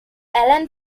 helen